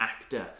actor